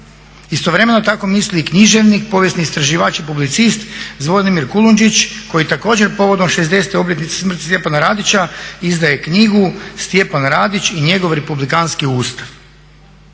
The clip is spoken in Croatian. Istovremeno tako misli i književnik povijesni istraživač i publicist Zvonimir Kulundžić koji također povodom 60.obljetnice smrti Stjepana Radića izdaje knjigu "Stjepan Radić i njegov republikanski ustav"